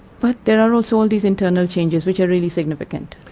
but there are also all these internal changes which are really significant.